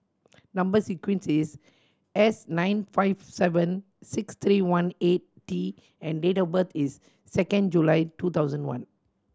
number sequence is S nine five seven six three one eight T and date of birth is second July two thousand one